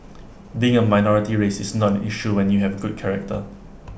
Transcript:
being A minority race is not an issue when you have good character